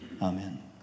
Amen